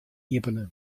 iepene